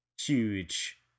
huge